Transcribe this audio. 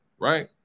right